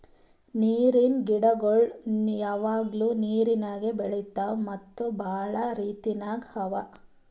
ನೀರಿನ್ ಗಿಡಗೊಳ್ ಯಾವಾಗ್ಲೂ ನೀರಾಗೆ ಬೆಳಿತಾವ್ ಮತ್ತ್ ಭಾಳ ರೀತಿದಾಗ್ ಅವಾ